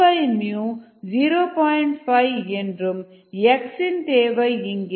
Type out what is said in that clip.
5 என்றும் x இன் தேவை இங்கே 2x0x0